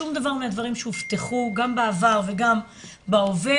שום דבר מהדברים שהובטחו גם בעבר וגם בהווה,